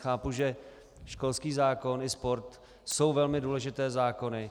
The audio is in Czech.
Chápu, že školský zákon i sport jsou velmi důležité zákony.